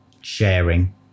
sharing